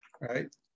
right